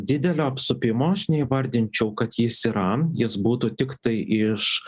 didelio apsupimo aš neįvardinčiau kad jis yra jis būtų tiktai iš